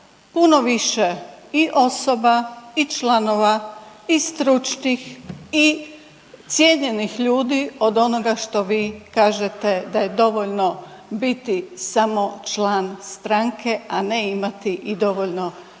puno više i osoba i članova i stručnih i cijenjenih ljudi od onoga što vi kažete da je dovoljno biti samo član stranke, a ne imati i dovoljno i